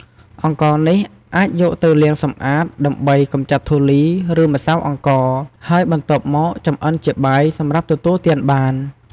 អង្ករនេះអាចយកទៅលាងសម្អាត ដើម្បីកម្ចាត់ធូលី ឬម្សៅអង្ករ ហើយបន្ទាប់មកចម្អិនជាបាយសម្រាប់ទទួលទានបាន។